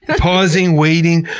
pausing, waiting,